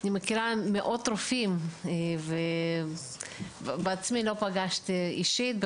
אני מכירה מאות רופאים ועצמי לא פגשתי אישית,